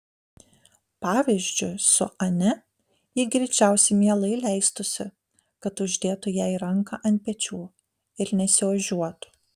pavyzdžiui su ane ji greičiausiai mielai leistųsi kad uždėtų jai ranką ant pečių ir nesiožiuotų